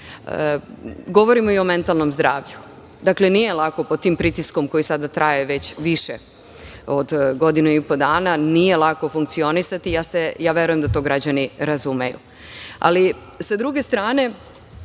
jedan. Govorimo i o mentalnom zdravlju. Dakle, nije lako pod tim pritiskom koji sada traje već više od godinu i po dana, nije lako funkcionisati. Ja verujem da to građani razumeju. Sa druge strane,